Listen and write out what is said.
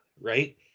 Right